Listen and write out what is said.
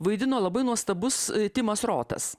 vaidino labai nuostabus timas rotas